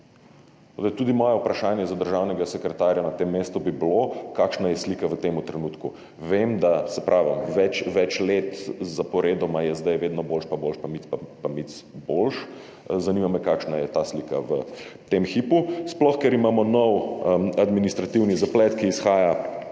tudi moje vprašanje za državnega sekretarja na tem mestu, kakšna je slika v tem trenutku. Vem, da, saj pravim, več let zaporedoma je zdaj vedno boljše pa boljše, mic po mic boljše. Zanima me, kakšna je ta slika v tem hipu, sploh ker imamo nov administrativni zaplet, ki izhaja